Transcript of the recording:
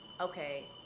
okay